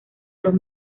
los